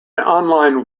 online